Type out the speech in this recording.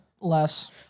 less